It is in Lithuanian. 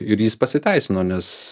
ir jis pasiteisino nes